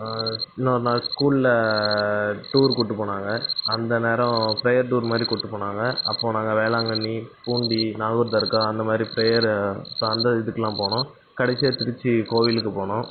இன்னொரு நாள் ஸ்கூலில் டூர் கூட்டி போனாங்க அந்த நேரம் ப்ரேயர் டூர் மாதிரி கூப்பிட்டு போனாங்க அப்போது நாங்கள் வேளாங்கண்ணி பூண்டி நாகூர் தர்கா அந்தமாதிரி ப்ரேயர் அந்த இதுக்கெல்லாம் போனோம் கடைசியாக திருச்சி கோயிலுக்கு போனோம்